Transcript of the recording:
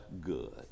good